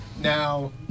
Now